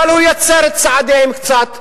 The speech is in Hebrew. אבל הוא יצר את צעדיהם קצת,